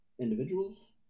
individuals